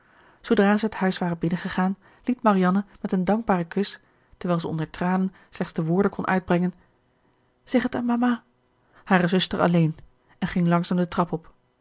zij het huis waren binnengegaan liet marianne met een dankbaren kus terwijl zij onder tranen slechts de woorden kon uitbrengen zeg het aan mama hare zuster alleen en ging langzaam de trap op